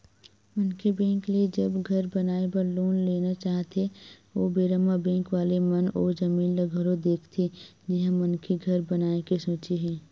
मनखे बेंक ले जब घर बनाए बर लोन लेना चाहथे ओ बेरा म बेंक वाले मन ओ जमीन ल घलो देखथे जिहाँ मनखे घर बनाए के सोचे हे